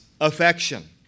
affection